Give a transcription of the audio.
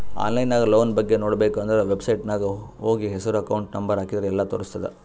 online ನಾಗ್ loan ಬಗ್ಗೆ ನೋಡ್ಬೇಕ ಅಂದುರ್ ವೆಬ್ಸೈಟ್ನಾಗ್ ಹೋಗಿ ಹೆಸ್ರು ಅಕೌಂಟ್ ನಂಬರ್ ಹಾಕಿದ್ರ ಎಲ್ಲಾ ತೋರುಸ್ತುದ್